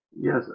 Yes